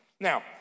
Now